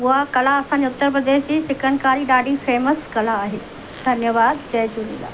उहा कला असांजे उत्तर प्रदेश जी चिकनकारी ॾाढी फ़ेमस कला आहे धन्यवादु जय झूलेलाल